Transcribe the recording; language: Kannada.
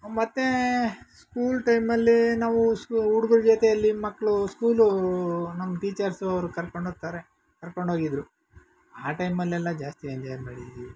ಮತ್ತು ಸ್ಕೂಲ್ ಟೈಮಲ್ಲಿ ನಾವು ಸ್ಕೂ ಹುಡುಗರ ಜೊತೆಯಲ್ಲಿ ಮಕ್ಕಳು ಸ್ಕೂಲೂ ನಮ್ಮ ಟೀಚರ್ಸವರು ಕರ್ಕೊಂಡೋಗ್ತಾರೆ ಕರ್ಕೊಂಡೋಗಿದ್ದರು ಆ ಟೈಮಲೆಲ್ಲ ಜಾಸ್ತಿ ಎಂಜಾಯ್ ಮಾಡಿದ್ದೀವಿ